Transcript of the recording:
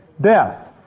death